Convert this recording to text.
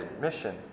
mission